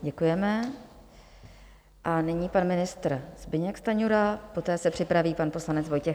Děkujeme a nyní pan ministr Zbyněk Stanjura, poté se připraví pan poslanec Vojtěch Munzar.